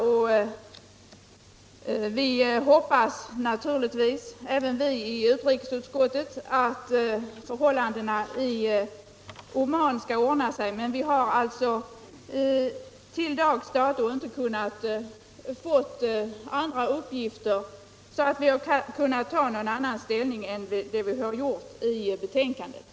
Även vi i ut rikesutskottet hoppas naturligtvis att förhållandena i Oman skall ordna — Nr 23 sig, men till dags dato har vi inte kunnat få uppgifter som gjort att Onsdagen den vi kunnat ta annan ställning än vi har gjort I betänkandet.